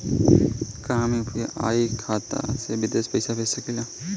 का हम यू.पी.आई खाता से विदेश में पइसा भेज सकिला?